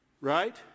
Right